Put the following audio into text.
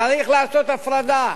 צריך לעשות הפרדה